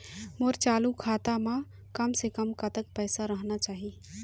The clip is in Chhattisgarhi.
मोर चालू खाता म कम से कम कतक पैसा रहना चाही?